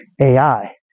AI